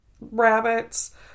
rabbits